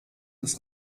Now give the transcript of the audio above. des